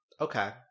okay